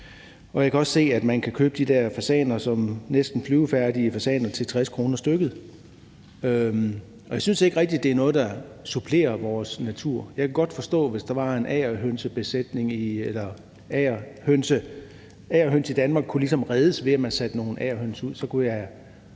Jeg kan også se, at man kan købe de her fasaner, altså næsten flyvefærdige fasaner, til 60 kr. stykket. Og jeg synes ikke rigtig, at det er noget, der supplerer vores natur. Jeg ville godt kunne forstå det, hvis det var sådan, at agerhønsene i Danmark ligesom kunne reddes, hvis man satte nogle agerhøns ud – så kunne man